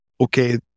Okay